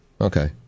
Okay